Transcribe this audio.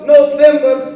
November